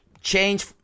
change